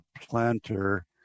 planter